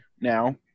now